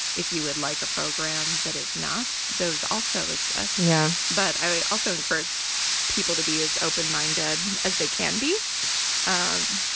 if you would like a program that is not, those also exist. yeah. but i also encourage people to be as open minded as they can be um